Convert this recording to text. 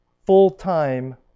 Full-time